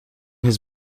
has